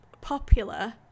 popular